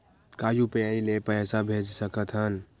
का यू.पी.आई ले पईसा भेज सकत हन?